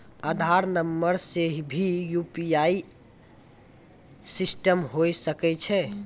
आधार नंबर से भी यु.पी.आई सिस्टम होय सकैय छै?